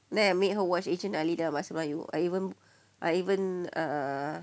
then I made her watch asian alida bahasa melayu I even I even err